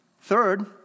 Third